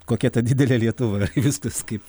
kokia ta didelė lietuva ir viskas kaip